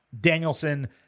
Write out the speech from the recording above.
Danielson